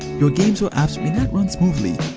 your games or apps may not run smoothly.